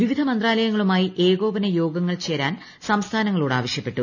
വിവിധ മന്ത്രാലയങ്ങളുമായി ഏകോപനയോഗങ്ങൾ ചേരാൻ സംസ്ഥാനങ്ങളോട് ആവശ്യപ്പെട്ടു